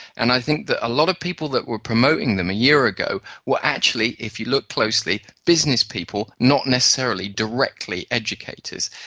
and i think that a lot of people that were promoting them a year ago were actually, if you look closely, business people, not necessarily directly educators.